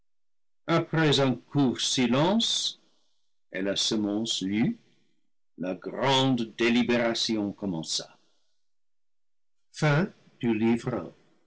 après un court silence et la semonce lue la grande délibération commença